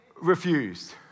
refused